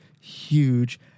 huge